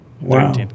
wow